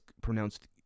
pronounced